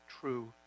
true